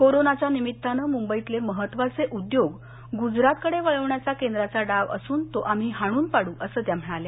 करोनाच्या निमित्तानं मुंबईतले महत्वाचे उद्योग गुजरातकडे वळवण्याचा केंद्राचा डाव असून तो आम्ही हाणून पाडू असं त्या म्हणाल्या